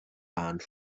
band